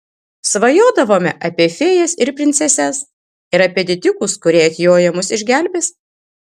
svajodavome apie fėjas ir princeses ir apie didikus kurie atjoję mus išgelbės